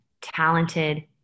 talented